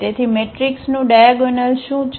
તેથી મેટ્રિક્સનું ડાયાગોનલ શું છે